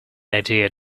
idea